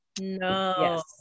No